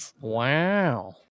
Wow